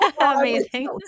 Amazing